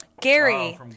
Gary